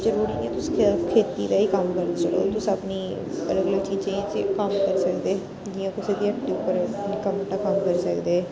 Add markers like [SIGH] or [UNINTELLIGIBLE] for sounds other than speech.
जरूरी नी ऐ तुस खेती दा गै कम्म करी चलो तुस [UNINTELLIGIBLE] अपनी जियां कुसै दियां हट्टी उप्पर निक्का मुट्टा कम्म करी सकदे